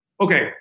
Okay